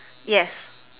yes